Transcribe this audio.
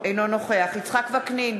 אינו נוכח יצחק וקנין,